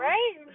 Right